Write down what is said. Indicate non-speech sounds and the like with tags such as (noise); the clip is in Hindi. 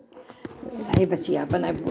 हे बचिया बुलाए (unintelligible)